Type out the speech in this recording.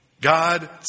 God